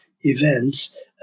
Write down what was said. events